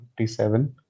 57